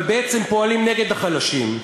אבל בעצם פועלים נגד החלשים.